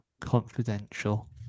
Confidential